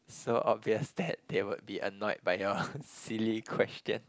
so obvious that they would be annoyed by your silly question